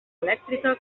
elèctrica